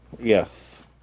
Yes